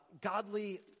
godly